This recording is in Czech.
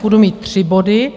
Budu mít tři body.